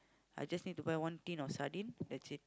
I just need to buy one tin of sardine that's it